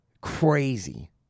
Crazy